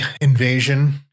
invasion